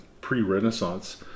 pre-Renaissance